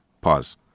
Pause